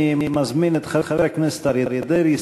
אני מזמין את חבר הכנסת אריה דרעי,